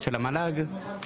המועצה להשכלה גבוהה,